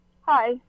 Hi